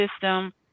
system